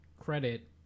credit